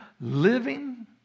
living